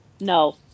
No